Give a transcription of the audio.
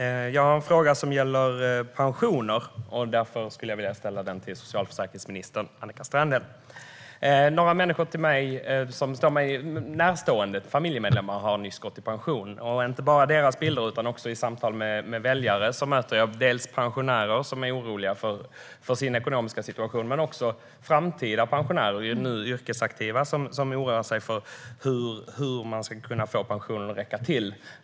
Herr talman! Min fråga gäller pensioner och går till socialförsäkringsminister Annika Strandhäll. Några till mig närstående familjemedlemmar har nyligen gått i pension. Både i samtal med dem och väljare som är pensionärer hör jag om oro för den egna ekonomiska situationen. Även framtida pensionärer, alltså nu yrkesaktiva, oroar sig för hur de ska få pensionen att räcka till.